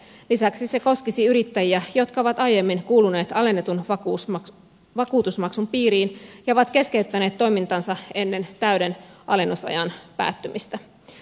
lisäksi se koskisi yrittäjiä jotka ovat aiemmin kuuluneet alennetun vakuutusmaksun piiriin ja keskeyttäneet toimintansa ennen täyden alennusajan päättymistä